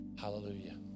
Hallelujah